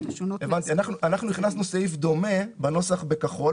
השונות" -- אנחנו הכנסנו סעיף דומה בנוסח בכחול.